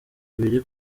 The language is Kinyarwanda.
ibiri